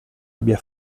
abbia